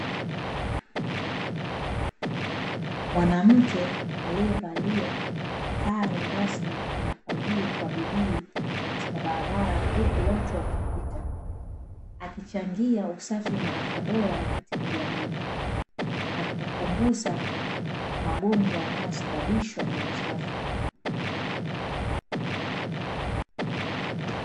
Mwanamke aliyevalia sare rasmi anafagia kwa bidii katika barabara huku watu wakipita. Akichangia usafi na afya bora katika jamii, na kupunguza magonjwa yanayosababishwa na uchafu.